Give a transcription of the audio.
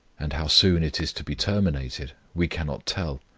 and how soon it is to be terminated, we cannot tell